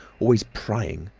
always prying.